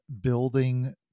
building